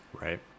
right